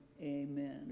amen